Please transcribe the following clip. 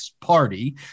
party